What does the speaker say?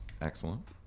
Excellent